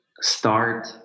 start